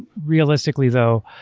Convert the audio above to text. realistically though,